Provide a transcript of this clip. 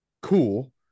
Cool